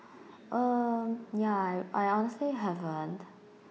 uh ya I I honestly haven't